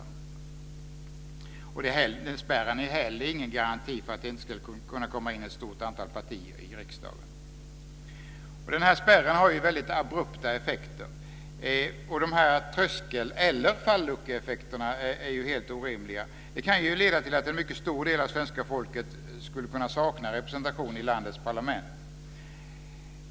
Mandatfördelningsspärrarna är inte heller någon garanti för att inte ett stort antal partier skulle kunna komma in i riksdagen. Spärren har abrupta effekter. Dessa tröskel eller falluckeeffekter är helt orimliga. De kan leda till att en mycket stor del av svenska folket saknar representation i landets parlament.